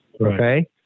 Okay